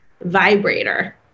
vibrator